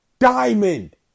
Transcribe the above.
Diamond